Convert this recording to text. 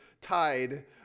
tied